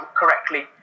correctly